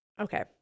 Okay